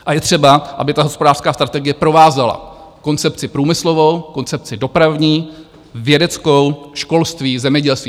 A je třeba, aby ta hospodářská strategie provázela koncepci průmyslovou, koncepci dopravní, vědeckou, školství, zemědělství.